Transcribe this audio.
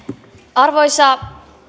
arvoisa